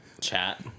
chat